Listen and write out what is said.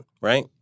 Right